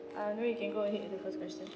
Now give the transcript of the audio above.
uh no you can go ahead with the first question